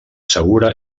segura